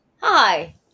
Hi